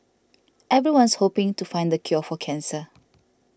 everyone's hoping to find the cure for cancer